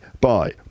Bye